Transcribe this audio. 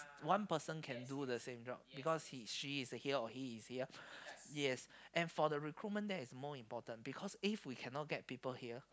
one person can do the same job because he she is here or he is here yes and for the recruitment there is more important because if we can not get people here